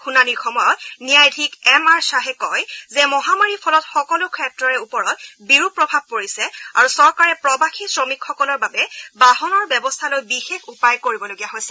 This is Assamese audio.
শুনানিৰ সময়ত ন্যায়াধীশ এম আৰ শ্বাহে কয় যে মহামাৰীৰ ফলত সকলো ক্ষেত্ৰৰে ওপৰত বিৰূপ প্ৰভাৱ পৰিছে আৰু চৰকাৰে প্ৰৱাসী শ্ৰমিকসকলৰ বাবে বাহনৰ ব্যৱস্থালৈ বিশেষ উপায় কৰিবলগীয়া হৈছে